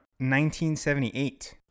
1978